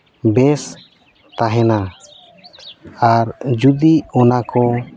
ᱵᱮᱥ ᱛᱟᱦᱮᱱᱟ ᱟᱨ ᱡᱩᱫᱤ ᱚᱱᱟ ᱠᱚ